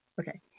Okay